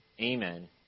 Amen